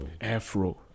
Afro